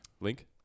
Link